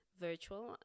virtual